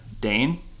Dane